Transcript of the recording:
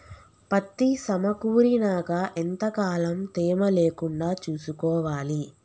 పత్తి సమకూరినాక ఎంత కాలం తేమ లేకుండా చూసుకోవాలి?